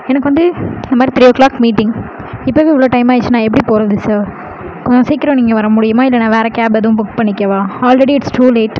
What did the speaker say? எனக்கு வந்து இந்தமாதிரி த்ரியோ கிளாக் மீட்டிங் இப்போவே இவ்வளோ டையமாயிருச்சு நான் எப்படி போகறது சார் கொஞ்சம் சீக்கிரம் நீங்கள் வர முடியுமா இல்லை நான் வேறு கேப் எதுவும் புக் பண்ணிக்கவா ஆல்ரெடி இட்ஸ் டூ லேட்